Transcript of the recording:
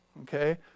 okay